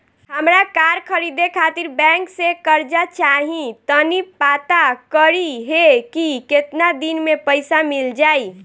हामरा कार खरीदे खातिर बैंक से कर्जा चाही तनी पाता करिहे की केतना दिन में पईसा मिल जाइ